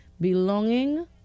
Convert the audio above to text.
belonging